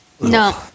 No